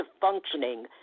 functioning